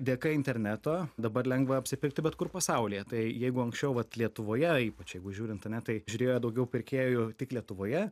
dėka interneto dabar lengva apsipirkti bet kur pasaulyje tai jeigu anksčiau vat lietuvoje ypač jeigu žiūrint ar ne tai žiūrėjo daugiau pirkėjų tik lietuvoje